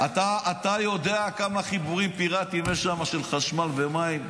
אתה יודע כמה חיבורים פיראטיים יש שם של חשמל ומים?